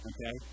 Okay